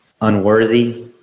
unworthy